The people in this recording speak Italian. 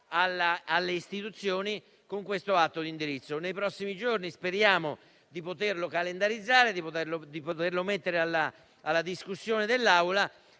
delle istituzioni con questo atto di indirizzo. Nei prossimi giorni speriamo di poterlo calendarizzare e sottoporre alla discussione dell'Assemblea.